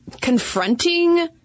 confronting